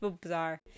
bizarre